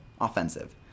Offensive